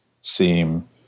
seem